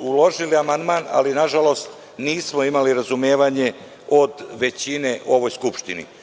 uložili amandman, ali na žalost nismo imali razumevanje od većine u ovoj Skupštini. Iz